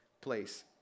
place